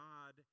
God